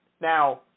Now